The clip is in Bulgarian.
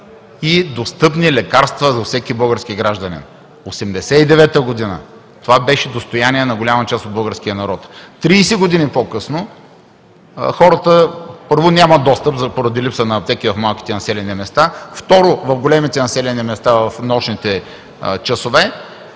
и достъпни лекарства за всеки български гражданин. Осемдесет и девета година това беше достояние на голяма част от българския народ, а 30 години по-късно хората, първо, нямат достъп, поради липса на аптеки в малките населени места, второ, в големите населени места в нощните часове,